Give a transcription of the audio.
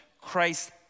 Christ